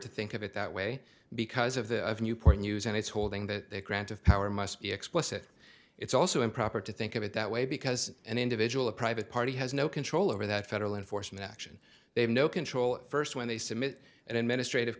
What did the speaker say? to think of it that way because of the newport news and it's holding that grant of power must be explicit it's also improper to think of it that way because an individual a private party has no control over that federal enforcement action they have no control first when they submit an administr